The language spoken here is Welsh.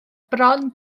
bron